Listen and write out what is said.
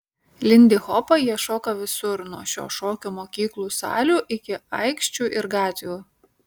lindihopą jie šoka visur nuo šio šokio mokyklų salių iki aikščių ir gatvių